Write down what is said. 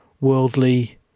worldly